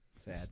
Sad